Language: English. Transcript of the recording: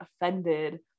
offended